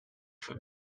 for